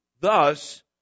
thus